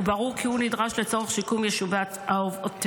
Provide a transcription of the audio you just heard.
וברור כי הוא נדרש לצורך שיקום יישובי העוטף.